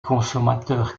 consommateurs